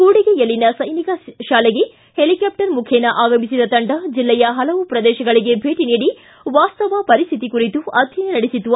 ಕೂಡಿಗೆಯಲ್ಲಿನ ಸೈನಿಕ ಶಾಲೆಗೆ ಹೆಲಿಕಾಪ್ಟರ್ ಮುಖೇನ ಆಗಮಿಸಿದ ತಂಡ ಜಿಲ್ಲೆಯ ಹಲವು ಪ್ರದೇಶಗಳಿಗೆ ಭೇಟಿ ನೀಡಿ ವಾಸ್ತವ ಪರಿಸ್ಥಿತಿ ಕುರಿತು ಅಧ್ಯಯನ ನಡೆಸಿತು